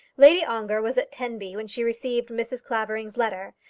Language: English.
lady ongar was at tenby when she received mrs. clavering's letter,